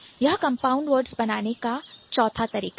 यह compound words बनाने का चौथा तरीका है